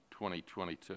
2022